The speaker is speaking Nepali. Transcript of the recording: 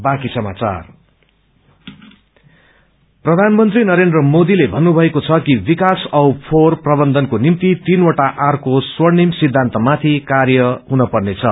पीएम प्रधानमन्त्री नरेन्द्र मोदीले भन्नुभएको छ कि विकास औ फोहोर प्रबन्धनको निम्ति तीनवटा आर को स्वर्णिम सिद्धान्तमाथि कार्य हुनुपर्छ